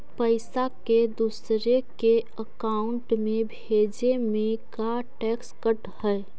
पैसा के दूसरे के अकाउंट में भेजें में का टैक्स कट है?